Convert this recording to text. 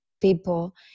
people